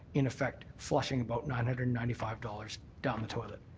in effect, flushing about nine hundred and ninety five dollars down the toilet?